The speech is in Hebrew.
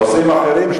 נושאים אחרים,